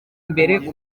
mbere